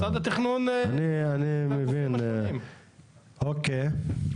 אני מבין, אוקיי.